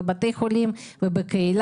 בבתי חולים ובקהילה.